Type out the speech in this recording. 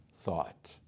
thought